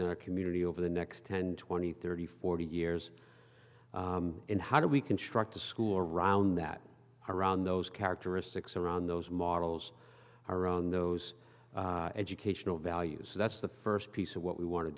in our community over the next ten twenty thirty forty years in how do we construct a school around that around those characteristics around those models are on those educational values that's the first piece of what we want to